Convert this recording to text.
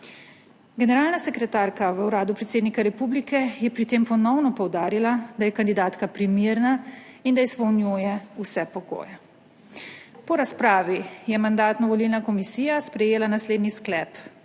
Generalna sekretarka v Uradu predsednika republike je pri tem ponovno poudarila, da je kandidatka primerna in da izpolnjuje vse pogoje. Po razpravi je Mandatno-volilna komisija sprejela naslednji sklep: